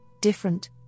different